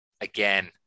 again